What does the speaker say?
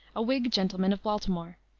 a whig gentleman of baltimore,